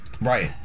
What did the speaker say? Right